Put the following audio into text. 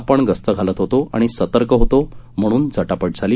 आपण गस्त घालत होतो आणि सतर्क होतो म्हणूनच झटापट झाली